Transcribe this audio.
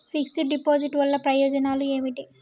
Fix డ్ deposit వల్ల ప్రయోజనాలు ఏమిటి?